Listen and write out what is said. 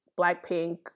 Blackpink